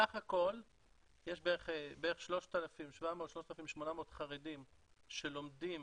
בסך הכל יש בערך 3,700-3,800 חרדים שלומדים